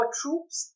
troops